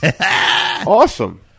Awesome